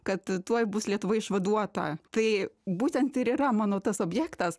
kad tuoj bus lietuva išvaduota tai būtent ir yra mano tas objektas